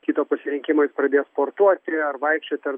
kito pasirinkimo jis pradės sportuoti ar vaikščioti ar